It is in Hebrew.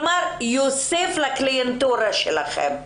כלומר יוסיף לקליינטורה שלכם.